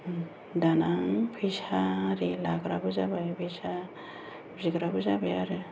दानिया फैसा आरि लाग्राबो जाबाय फैसा आरि बिग्राबो जाबाय आरो